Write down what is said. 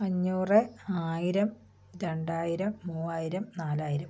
അഞ്ഞൂറ് ആയിരം രണ്ടായിരം മൂവായിരം നാലായിരം